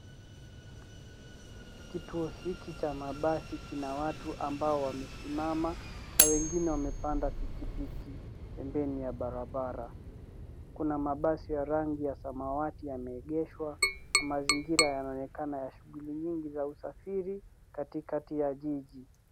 Kituo hiki cha mabasi kina watu ambao wamesimama na wengine wamepanda pikipiki pembeni ya barabara kuna mabasi ya rangi ya samawati yameegeshwa na mazingira yanaonekana ya shughuli nyingi ya usafiri katikati ya jiji.